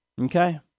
Okay